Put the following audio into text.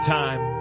time